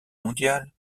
mondiale